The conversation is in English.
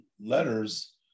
letters